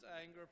anger